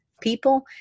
people